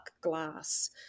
glass